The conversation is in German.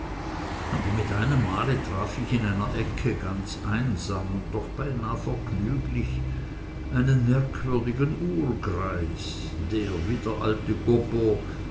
aber mit einem male traf ich in einer ecke ganz einsam und doch beinah vergnüglich einen merkwürdigen urgreis der wie der alte gobbo